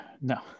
No